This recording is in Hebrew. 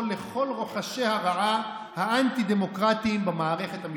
לכל רוחשי הרעה האנטי-דמוקרטיים במערכת המשפטית.